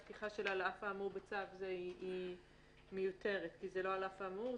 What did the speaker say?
הפתיחה של "על אף האמור בצו זה" היא מיותרת כי זה לא על אף האמור,